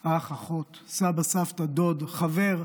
אח, אחות, סבא, סבתא, דוד, חבר,